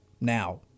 now